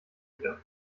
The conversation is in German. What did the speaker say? wieder